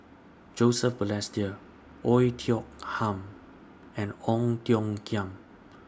Joseph Balestier Oei Tiong Ham and Ong Tiong Khiam